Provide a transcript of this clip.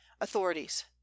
Authorities